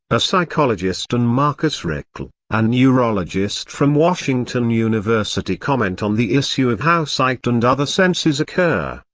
a psychologist and marcus raichle, a neurologist from washington university comment on the issue of how sight and other senses occur,